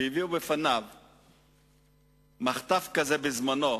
כשהביאו לפניו מחטף כזה בזמנו,